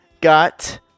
got